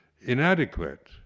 inadequate